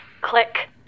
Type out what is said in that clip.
Click